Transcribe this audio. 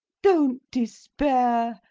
don't despair.